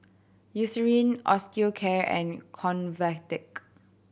Eucerin Osteocare and Convatec